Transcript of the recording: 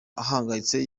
ahangayitse